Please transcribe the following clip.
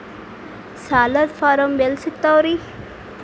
ಸಾಲದ ಫಾರಂ ಎಲ್ಲಿ ಸಿಕ್ತಾವ್ರಿ?